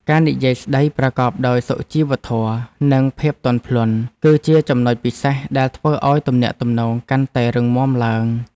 ការនិយាយស្ដីប្រកបដោយសុជីវធម៌និងភាពទន់ភ្លន់ គឺជាចំណុចពិសេសដែលធ្វើឱ្យទំនាក់ទំនងកាន់តែរឹងមាំឡើង។